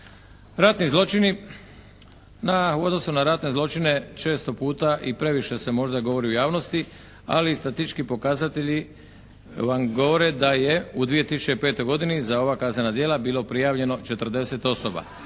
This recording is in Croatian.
Ratni zločini u odnosu na ratne zločine često puta i previše se možda govorit u javnosti, ali statistički pokazatelji vam govore da je u 2005. godini za ova kaznena djela bilo prijavljeno 40 osoba.